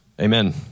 Amen